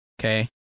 okay